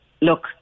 look